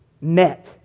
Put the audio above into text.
met